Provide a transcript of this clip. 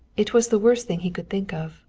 it was the worst thing he could think of.